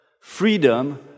freedom